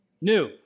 new